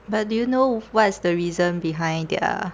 but do you know what's the reason behind their